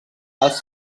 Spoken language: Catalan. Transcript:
els